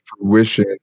fruition